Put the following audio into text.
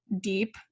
deep